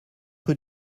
rue